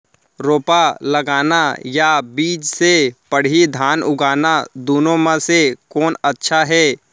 रोपा लगाना या बीज से पड़ही धान उगाना दुनो म से कोन अच्छा हे?